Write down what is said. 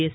S